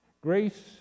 Grace